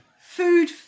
food